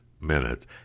minutes